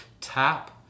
tap